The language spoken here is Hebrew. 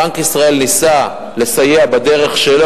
בנק ישראל ניסה לסייע בדרך שלו,